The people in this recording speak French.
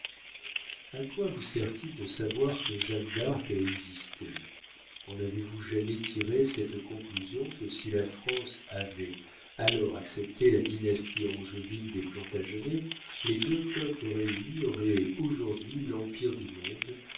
a quoi vous sert-il de savoir que jeanne d'arc a existé en avez-vous jamais tiré cette conclusion que si la france avait alors accepté la dynastie angevine des plantagenets les deux peuples réunis auraient aujourd'hui l'empire du monde